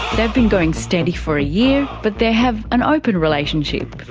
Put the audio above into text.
they've been going steady for a year, but they have an open relationship.